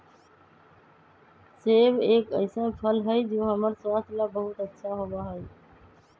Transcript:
सेब एक ऐसन फल हई जो हम्मर स्वास्थ्य ला बहुत अच्छा होबा हई